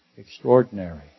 Extraordinary